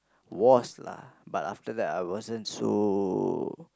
was lah but after that I wasn't so